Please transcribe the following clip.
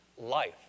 life